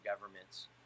government's